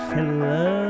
Hello